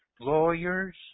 lawyers